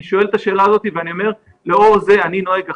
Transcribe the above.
אני שואל את השאלה הזו ואני אומר שלאור זה אני נוהג אחרת,